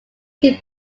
can